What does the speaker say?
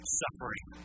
suffering